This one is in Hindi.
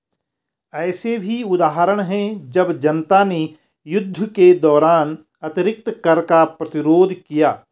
ऐसे भी उदाहरण हैं जब जनता ने युद्ध के दौरान अतिरिक्त कर का प्रतिरोध किया